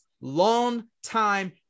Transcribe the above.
long-time